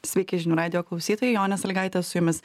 sveiki žinių radijo klausytojai jonė salygaitė su jumis